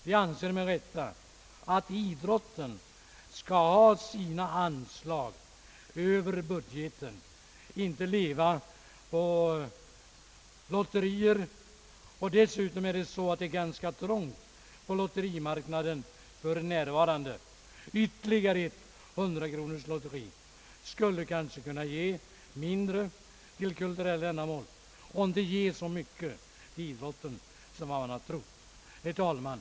De anser, med rätta, att idrotten skall ha sina anslag över budgeten och inte leva på lotterier. Dessutom är det ganska trångt på lotterimarknaden för närvarande. Ytterligare ett 100-kronorslotteri skulle kanske medföra att det flöt in mindre till kulturella ändamål, om det skulle ge så mycket till idrotten som man tror. Herr talman!